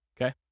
Okay